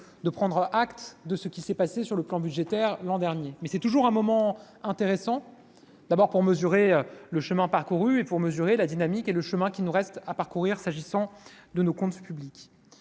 de prendre acte de ce qui s'est passé sur le plan budgétaire l'an dernier, mais c'est toujours un moment intéressant, d'abord pour mesurer le chemin parcouru et pour mesurer la dynamique et le chemin qui nous reste à parcourir, s'agissant de nos comptes publics